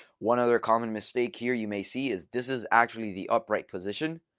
one other common mistake here you may see, is this is actually the upright position.